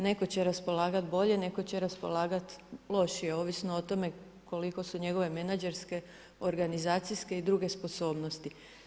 Netko će raspolagati bolje, netko će raspolagati lošije ovisno o tome koliko su njegove menadžerske, organizacijske i druge sposobnosti.